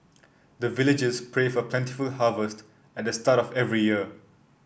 the villagers pray for plentiful harvest at the start of every year